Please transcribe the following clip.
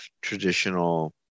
traditional